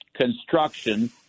construction